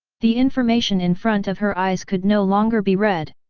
the information in front of her eyes could no longer be read.